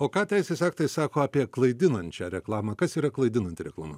o ką teisės aktai sako apie klaidinančią reklamą kas yra klaidinanti reklama